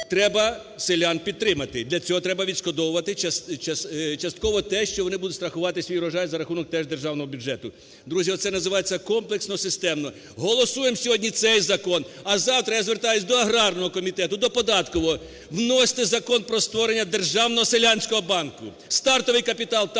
треба селян підтримати, для цього треба відшкодовувати частково те, що вони будуть страхувати свій врожай за рахунок теж державного бюджету. Друзі, оце називається комплексно, системно. Голосуємо сьогодні цей закон, а завтра, я звертаюся до аграрного комітету, до податкового: вносьте Закон про створення Державного селянського банку. Стартовий капітал